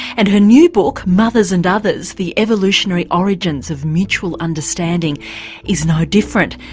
and her new book, mothers and others the evolutionary origins of mutual understanding is no different.